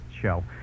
show